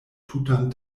tutan